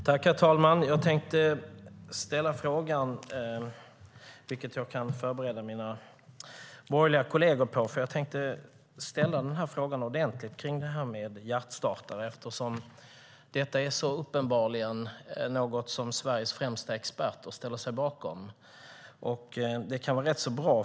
Herr talman! Jag vill ställa en fråga om hjärtstartare, och jag kan förbereda mina borgerliga kolleger på att de kommer att få samma fråga. Sveriges främsta experter ställer sig bakom detta.